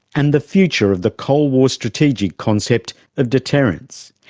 and the future of the cold war strategic concept of deterrence.